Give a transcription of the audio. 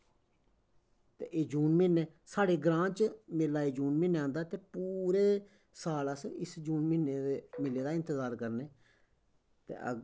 ते एह् जून म्हीने साढ़ै ग्रांऽ च मेला एह् जून म्हीनै आंदा ते पूरे साल अस इस जून म्हीने दे म्हीने दा इंतज़ार करने ते